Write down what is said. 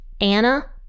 Anna